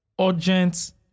Urgent